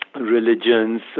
religions